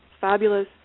fabulous